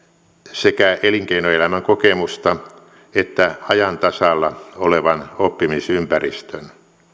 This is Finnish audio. sekä elinkeinoelämän kokemusta että ajan tasalla olevan oppimisympäristön